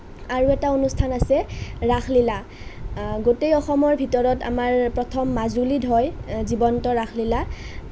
আৰু এটা অনুষ্ঠান আছে ৰাসলীলা গোটেই অসমৰ ভিতৰত আমাৰ প্ৰথম মাজুলীত হয় জীৱন্ত ৰাসলীলা